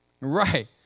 Right